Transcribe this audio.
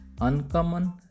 Uncommon